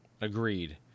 Agreed